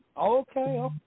Okay